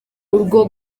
urwo